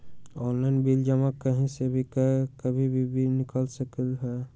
Online bill जमा कहीं भी कभी भी बिल निकाल सकलहु ह?